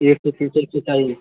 एक तर फीचरचे चाळीस